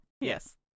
Yes